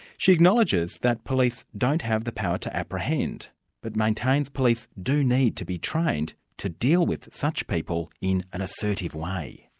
she acknowledges that police don't have the power to apprehend but maintains police do need to be trained to deal with such people in an assertive way.